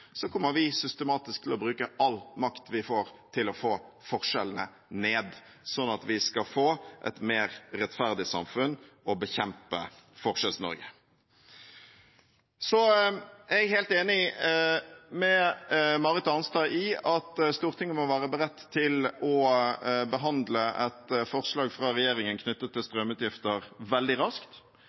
kommer vi systematisk til å bruke all makt vi får, til å få forskjellene ned, sånn at vi skal få et mer rettferdig samfunn og bekjempe Forskjells-Norge. Så er jeg helt enig med Marit Arnstad i at Stortinget må være beredt til å behandle et forslag fra regjeringen knyttet til strømutgifter veldig raskt.